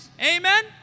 Amen